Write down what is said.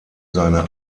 seine